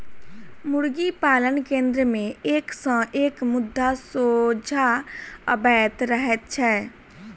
मुर्गी पालन केन्द्र मे एक सॅ एक मुद्दा सोझा अबैत रहैत छै